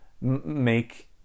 make